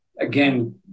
again